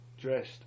dressed